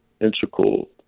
integral